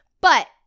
But-